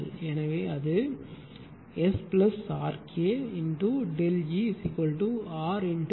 எனவே அது SRK ΔE RKu KΔF